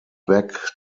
back